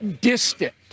distant